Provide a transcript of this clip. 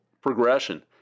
progression